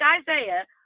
Isaiah